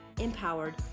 Empowered